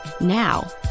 Now